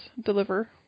deliver